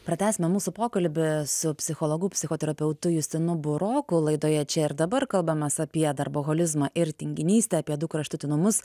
pratęsime mūsų pokalbį su psichologu psichoterapeutu justinu buroku laidoje čia ir dabar kalbamas apie darboholizmą ir tinginystę apie du kraštutinumus